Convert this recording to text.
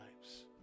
lives